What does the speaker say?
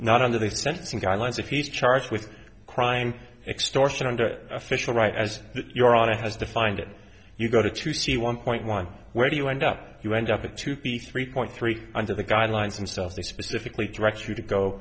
not under the sentencing guidelines if he's charged with crying extortion under official right as you're on a has defined it you go to to see one point one where you end up you end up with to be three point three under the guidelines and so if they specifically direct you to go